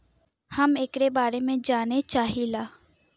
हम एकरे बारे मे जाने चाहीला?